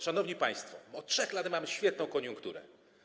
Szanowni państwo, od 3 lat mamy świetną koniunkturę.